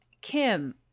Kim